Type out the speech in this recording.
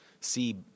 see